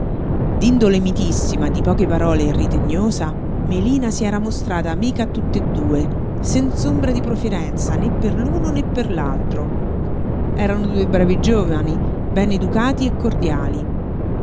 d'entrambi d'indole mitissima di poche parole e ritegnosa melina si era mostrata amica a tutt'e due senz'ombra di preferenza né per l'uno né per l'altro erano due bravi giovani bene educati e cordiali